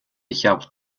hjälpt